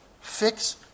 Fix